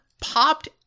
popped